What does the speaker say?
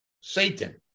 Satan